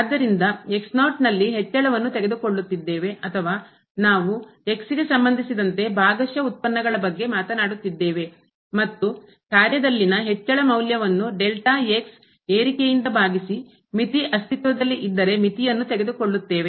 ಆದ್ದರಿಂದ ನಲ್ಲಿ ಹೆಚ್ಚಳವನ್ನು ತೆಗೆದುಕೊಳ್ಳುತ್ತಿದ್ದೇವೆ ಅಥವಾ ನಾವು x ಗೆ ಸಂಬಂಧಿಸಿದಂತೆ ಭಾಗಶಃ ಉತ್ಪನ್ನಗಳ ಬಗ್ಗೆ ಮಾತನಾಡುತ್ತಿದ್ದೇವೆ ಮತ್ತು ಕಾರ್ಯದಲ್ಲಿನ ಹೆಚ್ಚಳ ಮೌಲ್ಯವನ್ನು ಡೆಲ್ಟಾ ಏರಿಕೆಯಿಂದ ಭಾಗಿಸಿ ಮಿತಿ ಅಸ್ತಿತ್ವದಲ್ಲಿ ಇದ್ದರೆ ಮಿತಿಯನ್ನು ತೆಗೆದುಕೊಳ್ಳುತ್ತೇವೆ